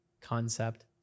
concept